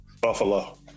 Buffalo